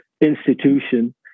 institution